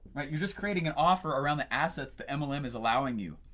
right you're just creating an offer around the assets that mlm is allowing you.